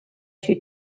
she